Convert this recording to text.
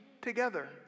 together